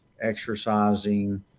exercising